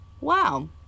Wow